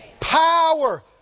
Power